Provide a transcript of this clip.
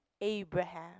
Abraham